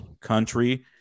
country